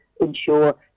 ensure